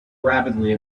rapidly